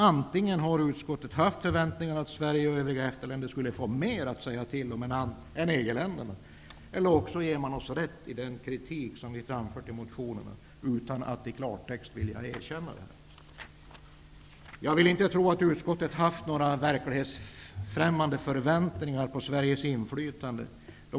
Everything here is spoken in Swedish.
Antingen har utskottet förväntat sig att Sverige och övriga EFTA-länder skall få mer att säga till om än EG-länderna, eller också ger man oss, utan att i klartext vilja erkänna det, rätt i fråga om den kritik som vi har framfört i motionerna. Jag vill inte tro att utskottet har haft verklighetsfrämmande förväntningar på Sveriges inflytande.